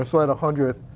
ah so and hundred,